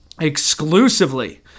exclusively